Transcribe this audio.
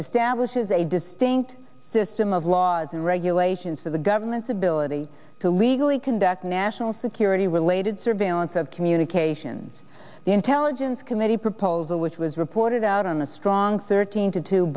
is a distinct system of laws and regulations for the government's ability to legally conduct national security related surveillance of communications the intelligence committee proposal which was reported out on a strong thirteen to two